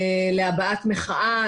להבעת מחאה,